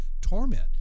torment